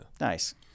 Nice